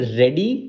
ready